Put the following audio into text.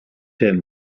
him